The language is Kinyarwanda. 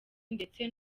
ndetse